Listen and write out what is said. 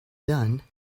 done